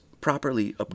properly